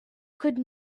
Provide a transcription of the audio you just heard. could